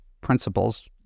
principles